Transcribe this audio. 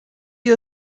ihr